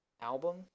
album